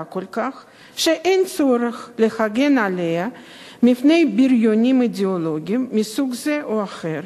כל כך שאין צורך להגן עליה מפני בריונים אידיאולוגיים מסוג זה או אחר.